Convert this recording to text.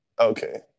okay